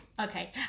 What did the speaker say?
okay